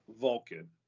Vulcan